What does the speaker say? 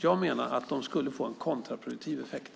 Jag menar att de skulle få en kontraproduktiv effekt.